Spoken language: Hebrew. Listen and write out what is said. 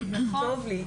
זה טוב לי,